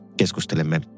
keskustelemme